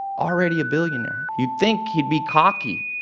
already a billionaire. you'd think he'd be cocky.